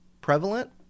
Prevalent